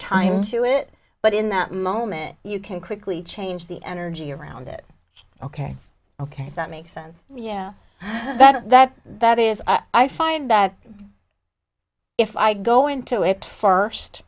time to it but in that moment you can quickly change the energy around it ok ok that makes sense yeah that that that is i find that if i go into it first